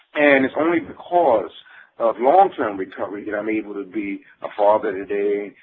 and it's only because of long term recovery that i'm able to be a father today,